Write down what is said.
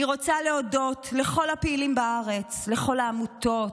אני רוצה להודות לכל הפעילים בארץ, לכל העמותות.